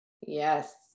yes